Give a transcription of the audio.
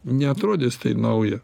neatrodys tai nauja